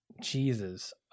Jesus